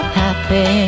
happy